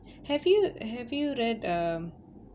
have you have you read um